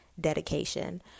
dedication